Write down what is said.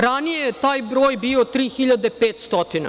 Ranije je taj broj bio 3.500.